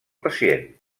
pacient